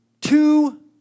two